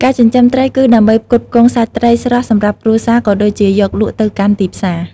ការចិញ្ចឹមត្រីគឺដើម្បីផ្គត់ផ្គង់សាច់ត្រីស្រស់សម្រាប់គ្រួសារ ក៏ដូចជាយកលក់ទៅកាន់ទីផ្សារ។